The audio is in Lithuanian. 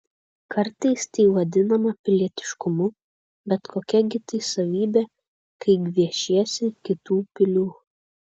kartais tai vadinama pilietiškumu bet kokia gi tai savybė kai gviešiesi kitų pilių